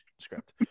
script